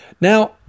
Now